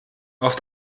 auf